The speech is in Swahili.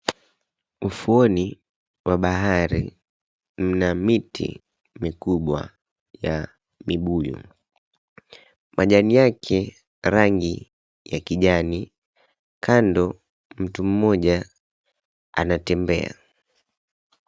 Ufuoni wa bahari mna miti mikubwa ya mibuyu, majani yake rangi ya kijani. Kando mtu mmoja anatembea.